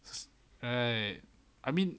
right I mean